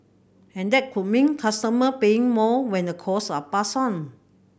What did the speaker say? and that could mean customer paying more when the costs are passed on